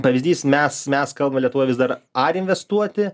pavyzdys mes mes kalbam lietuvoj vis dar ar investuoti